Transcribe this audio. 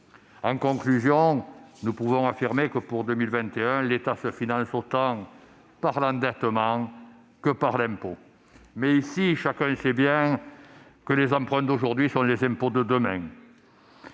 En conclusion, nous pouvons affirmer que, pour 2021, l'État se finance autant par l'endettement que par l'impôt. Mais chacun le sait bien ici, les emprunts d'aujourd'hui sont les impôts de demain.